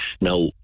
Now